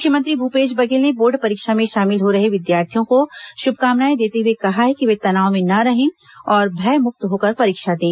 मुख्यमंत्री भूपेश बघेल ने बोर्ड परीक्षा में शामिल हो रहे विद्यार्थियों को शुभकामनाएं देते हुए कहा है कि वे तनाव में न रहें और भयमुक्त होकर परीक्षा दें